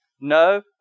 No